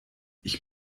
ich